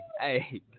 hey